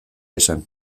esan